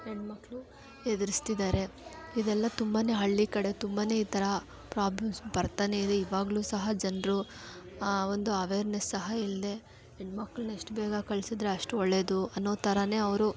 ಹೆಣ್ಣು ಮಕ್ಕಳು ಎದುರಿಸ್ತಿದಾರೆ ಇದೆಲ್ಲ ತುಂಬ ಹಳ್ಳಿ ಕಡೆ ತುಂಬಾ ಈ ಥರ ಪ್ರಾಬ್ಲಮ್ಸ್ ಬರ್ತಾನೇ ಇದೆ ಇವಾಗಲೂ ಸಹ ಜನರು ಒಂದು ಅವೇರ್ನೆಸ್ ಸಹ ಇಲ್ಲದೇ ಹೆಣ್ಣು ಮಕ್ಳನ್ನು ಇಷ್ಟು ಬೇಗ ಕಳಿಸಿದ್ರೆ ಅಷ್ಟು ಒಳ್ಳೇದು ಅನ್ನೋ ಥರನೆ ಅವರು